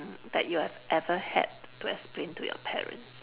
mm that you have ever had to explain to your parents